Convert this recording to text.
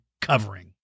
covering